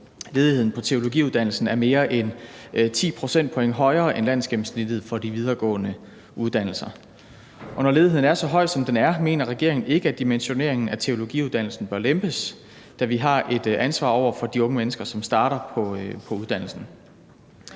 Ledigheden for teologiuddannede er mere end 10 procentpoint højere end landsgennemsnittet for de videregående uddannelser. Når ledigheden er så høj, som den er, mener regeringen ikke, at dimensioneringen af teologiuddannelsen bør lempes, da vi har et ansvar over for de unge mennesker, som starter på uddannelsen.